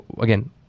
Again